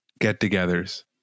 get-togethers